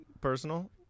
personal